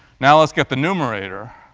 now let's get the numerator.